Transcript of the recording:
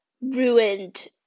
ruined